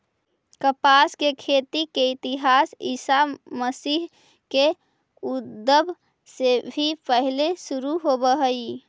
कपास के खेती के इतिहास ईसा मसीह के उद्भव से भी पहिले शुरू होवऽ हई